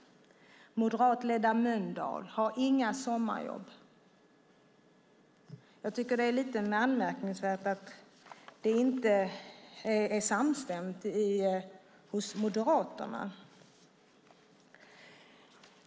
Moderatledda Mölndal har inga sommarjobb. Jag tycker att det är lite anmärkningsvärt att det inte är samstämt hos Moderaterna.